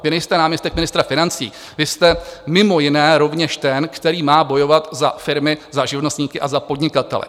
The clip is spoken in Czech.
Vy nejste náměstek ministra financí, vy jste mimo jiné rovněž ten, který má bojovat za firmy, za živnostníky a za podnikatele.